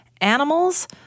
Animals